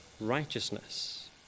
righteousness